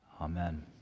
Amen